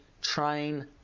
train